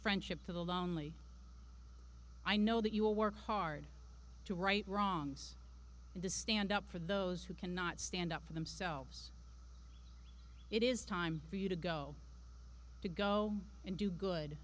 friendship to the lonely i know that you will work hard to right wrongs and to stand up for those who cannot stand up for themselves it is time for you to go to go and do good